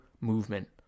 movement